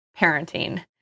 parenting